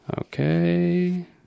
Okay